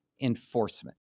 enforcement